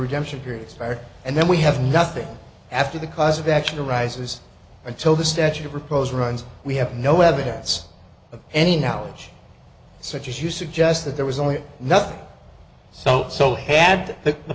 redemption periods fire and then we have nothing after the cause of action arises until the statute of repose runs we have no evidence of any knowledge such as you suggest that there was only nothing so so had the